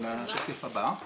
לשקף הבא.